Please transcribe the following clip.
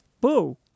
Boo